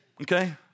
okay